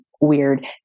weird